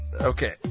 Okay